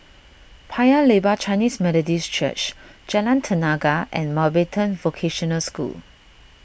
Paya Lebar Chinese Methodist Church Jalan Tenaga and Mountbatten Vocational School